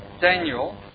Daniel